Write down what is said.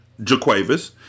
Jaquavis